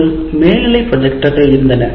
முன்பு மேல்நிலை ப்ரொஜெக்டர்கள் இருந்தன